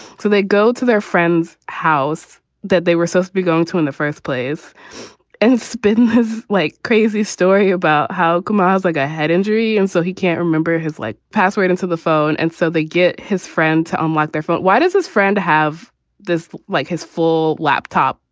so they go to their friend's house that they were so beginning to in the first place and spin his like crazy story about how gamal's like a head injury. and so he can't remember his, like, password into the phone. and so they get his friend to unlock their front why does his friend have this, like his full laptop,